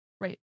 Right